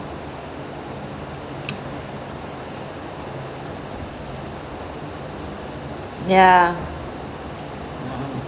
ya